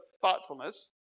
thoughtfulness